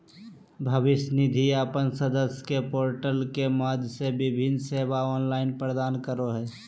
भविष्य निधि अपन सदस्य के पोर्टल के माध्यम से विभिन्न सेवा ऑनलाइन प्रदान करो हइ